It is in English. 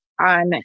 on